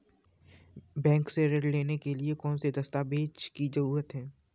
Bank से ऋण लेने के लिए कौन से दस्तावेज की जरूरत है?